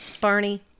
Barney